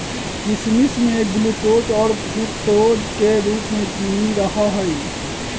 किशमिश में ग्लूकोज और फ्रुक्टोज के रूप में चीनी रहा हई